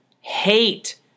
hate